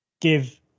give